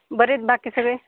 बरे आहेत बाकी सगळे